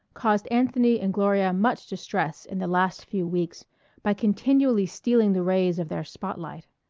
caused anthony and gloria much distress in the last few weeks by continually stealing the rays of their spot-light.